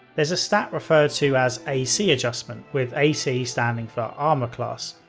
there's a stat referred to as ac adjustment, with ac standing for armor class.